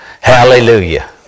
Hallelujah